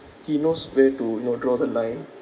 he knows where to you know draw the line